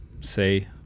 say